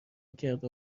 کرده